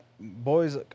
Boys